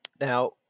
Now